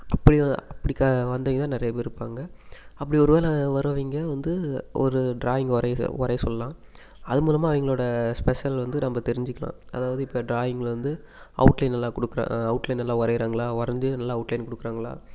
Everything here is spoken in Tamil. அப்படி தான் அப்படிக்கா வந்தவங்க தான் நிறைய பேர் இருப்பாங்க அப்படி ஒரு வேளை வரவங்க வந்து ஒரு டிராயிங் வரைக வரைய சொல்லலாம் அது மூலமாக அவங்களோட ஸ்பெஷல் வந்து நம்ம தெரிஞ்சிக்கலாம் அதாவது இப்போ டிராயிங்கில் வந்து அவுட்லைன் நல்லா கொடுக்கற அவுட்லைன் நல்லா வரைகிறாங்களா வரைஞ்சி நல்லா அவுட்லைன் கொடுக்கறாங்களா